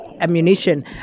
ammunition